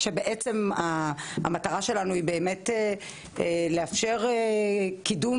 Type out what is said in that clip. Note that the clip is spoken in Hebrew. כשבעצם המטרה שלנו היא לאפשר קידום